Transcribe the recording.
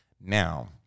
now